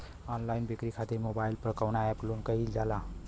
Online बिक्री खातिर mobile पर कवना एप्स लोन कईल जाला?